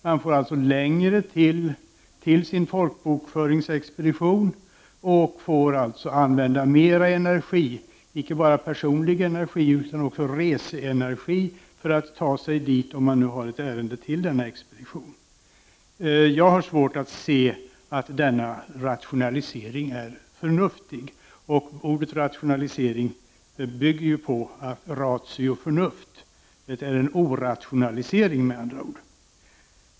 Man får alltså längre till sin folkbokföringsexpedition och får använda mer energi, icke bara personlig energi utan också reseenergi, för att ta sig dit, om man har ett ärende till denna expedition. Jag har svårt att se att denna rationalisering är förnuftig. Ordet rationalisering bygger på ”ratio”, dvs. förnuft. Det är en orationalisering med andra ord.